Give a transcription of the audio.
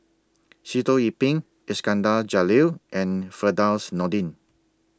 Sitoh Yih Pin Iskandar Jalil and Firdaus Nordin